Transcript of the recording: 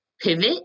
pivot